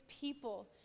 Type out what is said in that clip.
people